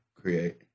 create